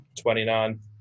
29